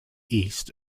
east